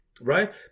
right